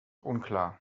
unklar